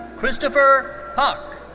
christopher poch.